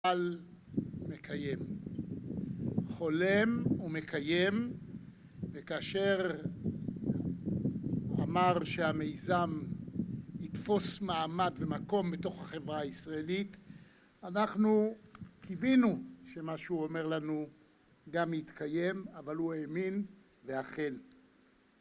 מקיים, חולם ומקיים, וכאשר אמר שהמיזם יתפוס מעמד ומקום בתוך החברה הישראלית, אנחנו קיווינו שמה שהוא אומר לנו גם יתקיים, אבל הוא האמין, ואכן.